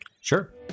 Sure